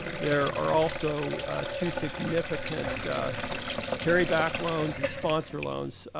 there are also two significant carry-back loans and sponsor loans.